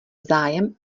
zájem